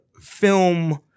film